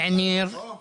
משויכים